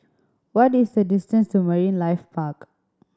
what is the distance to Marine Life Park